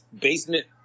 Basement